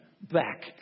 back